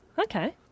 Okay